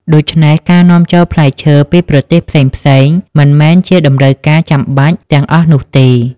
ដូច្នេះ ការនាំចូលផ្លែឈើពីប្រទេសផ្សេងៗមិនមែនជាតម្រូវការចាំបាច់ទាំងអស់នោះទេ។